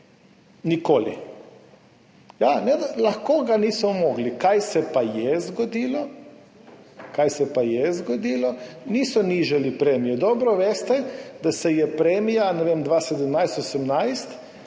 Nikoli. Ja, lahko, da ga niso mogli. Kaj se pa je zgodilo? Niso nižali premije. Dobro veste, da se je premija, ne vem, 2017, 2018